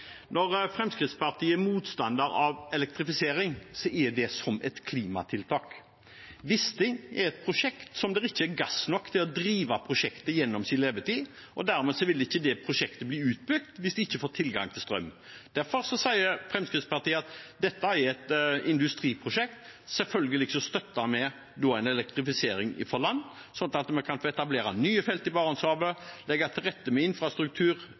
drive gjennom levetiden, og dermed vil ikke det prosjektet bli utbygd hvis det ikke får tilgang til strøm. Derfor sier Fremskrittspartiet at dette er et industriprosjekt. Selvfølgelig støtter vi da en elektrifisering fra land, sånn at vi kan få etablere nye felt i Barentshavet, legge til rette med infrastruktur